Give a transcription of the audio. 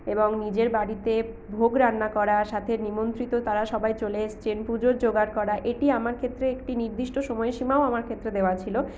এবং নিজের বাড়িতে ভোগ রান্না করা সাথে নিমন্ত্রিত তারা সবাই চলে এসছেন পুজোর জোগাড় করা এটি আমার ক্ষেত্রে একটি নির্দিষ্ট সময়সীমাও আমার ক্ষেত্রে দেওয়া ছিল